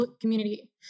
community